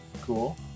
Cool